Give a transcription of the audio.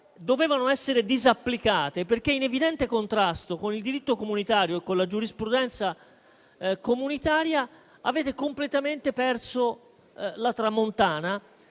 dovevano essere disapplicate, perché in evidente contrasto con il diritto comunitario e con la giurisprudenza comunitaria, avete completamente perso la tramontana,